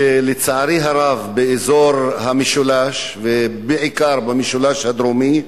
ולצערי הרב באזור המשולש, בעיקר במשולש הדרומי,